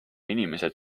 inimesed